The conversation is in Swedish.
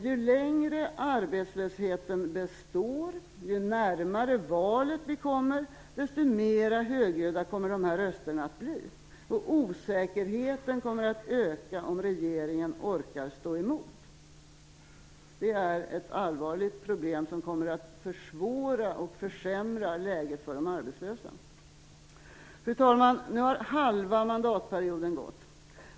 Ju längre arbetslösheten består och ju närmare valet vi kommer, desto mer högljudda kommer dessa röster att bli. Osäkerheten kommer att öka om i fall regeringen orkar att stå emot. Det är ett allvarligt problem som kommer att försvåra och försämra läget för de arbetlösa. Fru talman! Nu har halva mandatperioden gått.